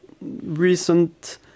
recent